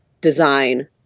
design